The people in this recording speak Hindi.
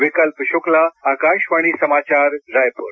विकल्प शुक्ला आकाशवाणी समाचार रायपुर